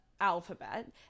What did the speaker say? alphabet